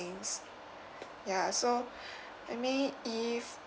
~gs ya so I mean if